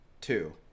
Two